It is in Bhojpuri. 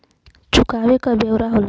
चुकावे क ब्योरा होला